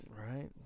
Right